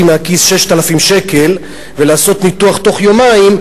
מהכיס 6,000 שקל לעשות ניתוח בתוך יומיים,